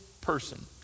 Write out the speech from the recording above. person